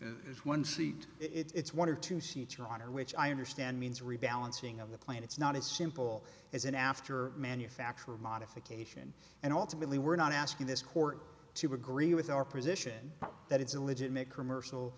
is one seat it's one or two seats your honor which i understand means rebalancing of the plane it's not as simple as an after manufacturer modification and ultimately we're not asking this court to agree with our position that it's a legitimate commercial